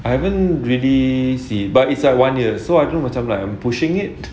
I haven't really see it but it's like one year so I don't know macam I'm like pushing it